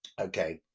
okay